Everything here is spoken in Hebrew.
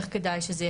איך כדאי שזה יהיה,